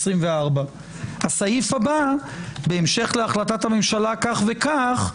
2024. הסעיף הבא: בהמשך להחלטת הממשלה כך וכך,